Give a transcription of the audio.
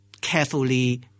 carefully